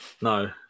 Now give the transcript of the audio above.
no